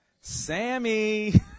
Sammy